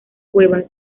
cueva